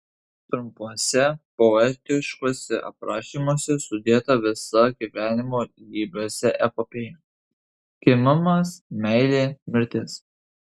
trumpuose poetiškuose aprašymuose sudėta visa gyvenimo lybiuose epopėja gimimas meilė mirtis